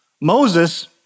Moses